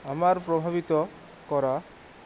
আমাৰ প্ৰভাৱিত কৰা